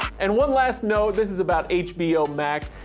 and one last note, this is about hbo max,